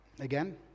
Again